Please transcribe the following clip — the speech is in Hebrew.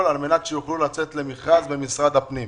על מנת שיוכלו לצאת למכרז במשרד הפנים.